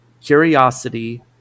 curiosity